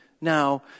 now